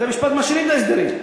בתי-משפט משאירים את ההסדרים.